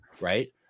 right